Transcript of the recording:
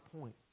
point